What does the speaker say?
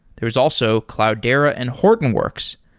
there is also cloudera and hortonworks.